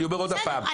אני אומר עוד פעם,